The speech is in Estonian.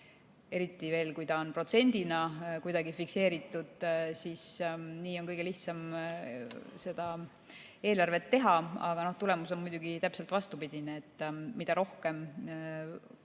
eriti veel protsendina kuidagi fikseeritud, siis nii on kõige lihtsam eelarvet teha. Aga tulemus on muidugi täpselt vastupidine: mida rohkem on väga